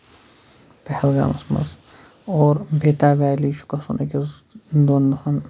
پہلگامَس منٛز اور بیتاب ویلی چھُ گژھُن أکِس دۄن دۄہَن